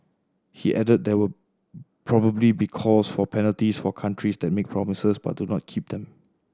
he added there will probably be calls for penalties for countries that make promises but do not keep them